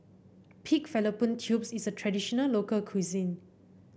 Pig Fallopian Tubes is a traditional local cuisine